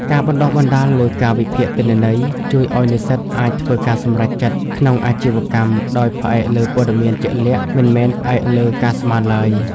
ការបណ្ដុះបណ្ដាលលើការវិភាគទិន្នន័យ ជួយឱ្យនិស្សិតអាចធ្វើការសម្រេចចិត្តក្នុងអាជីវកម្មដោយផ្អែកលើព័ត៌មានជាក់លាក់ មិនមែនផ្អែកលើការស្មានឡើយ។